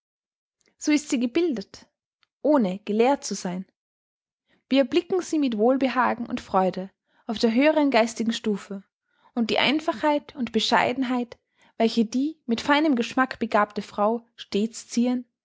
so ist sie gebildet ohne gelehrt zu sein wir erblicken sie mit wohlbehagen und freude auf der höheren geistigen stufe und die einfachheit und bescheidenheit welche die mit feinem geschmack begabte frau stets zieren